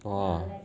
!wah!